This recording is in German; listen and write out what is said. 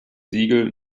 siegel